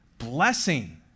blessing